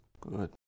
Good